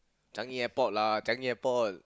Changi-Airport lah Changi-Airport